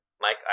mike